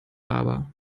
aber